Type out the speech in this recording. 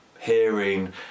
hearing